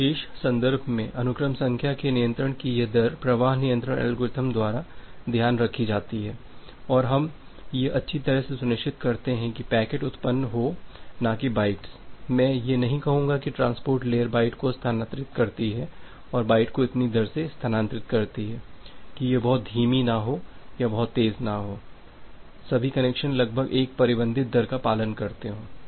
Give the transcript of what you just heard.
इस विशेष संदर्भ में अनुक्रम संख्या के नियंत्रण की यह दर प्रवाह नियंत्रण एल्गोरिथ्म द्वारा ध्यान रखी जाती है और हम यह अच्छी तरह से सुनिश्चित करते हैं कि पैकेट उत्पन्न हो ना की बाइट्स मैं यह नहीं कहूंगा कि ट्रांसपोर्ट लेयर बाइट को स्थानांतरित करती है और बाइट को इतनी दर से स्थानांतरित करती है कि यह बहुत धीमा ना हो या बहुत तेज़ ना हो सभी कनेक्शन लगभग एक परिबंधित दर का पालन करते हों